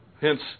hence